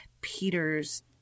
Peter's